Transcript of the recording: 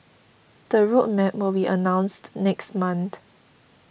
the road map will be announced next month